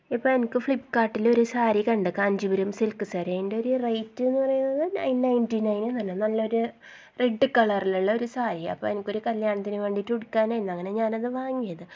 ഇപ്പം എനിക്ക് ഫ്ലിപ്പ്കാർട്ടിൽ ഒരു സാരി കണ്ട് കാഞ്ചീപുരം സിൽക്ക് സാരി അതിൻ്റെ ഒരു റേറ്റ് എന്ന് പറയുന്നത് നയൻ നയൻറി നയൻ എന്നെല്ലാം നല്ലൊരു റെഡ് കളറിലുള്ള ഒരു സാരി അപ്പം എനിക്കൊരു കല്യാണത്തിന് വേണ്ടിയിട്ട് ഉടുക്കാനായിരുന്നു അങ്ങനെ ഞാൻ അത് വാങ്ങിയത്